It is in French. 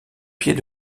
pied